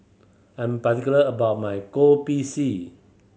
I'm particular about my Kopi C